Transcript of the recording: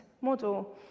model